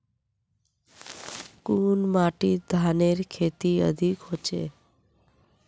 कुन माटित धानेर खेती अधिक होचे?